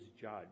judge